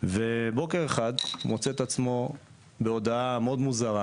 ובוקר אחד, מוצא את עצמו בהודעה מאד מוזרה